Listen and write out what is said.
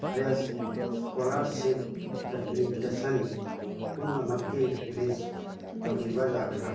fresh scholarship application ꯄꯨꯅꯃꯛꯀꯤ list ꯇꯧꯕꯤꯕ ꯌꯥꯒꯗ꯭ꯔ